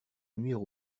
nuire